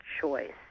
choice